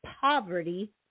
poverty